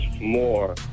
more